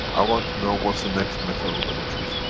i want to know what's the next metal we're gonna choose.